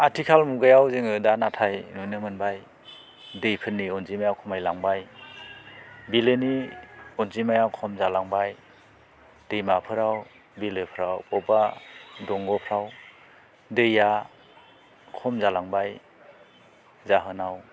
आथिखाल मुगायाव जोङो दा नाथाय नुनो मोनबाय दैफोरनि अनजिमाया खमायलांबाय बिलोनि अनजिमाया खम जालांबाय दैमाफोराव बिलोफ्राव अबेबा दंग'फ्राव दैया खम जालांबाय जाहोनाव